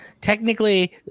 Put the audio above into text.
technically